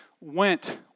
went